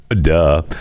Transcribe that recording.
Duh